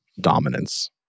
dominance